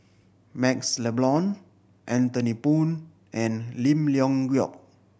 MaxLe Blond Anthony Poon and Lim Leong Geok